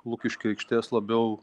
lukiškių aikštės labiau